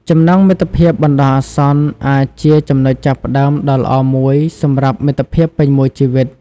ចំណងមិត្តភាពបណ្ដោះអាសន្នអាចជាចំណុចចាប់ផ្តើមដ៏ល្អមួយសម្រាប់មិត្តភាពពេញមួយជីវិត។